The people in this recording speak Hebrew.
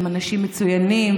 הם אנשים מצוינים,